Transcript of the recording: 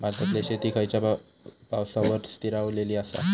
भारतातले शेती खयच्या पावसावर स्थिरावलेली आसा?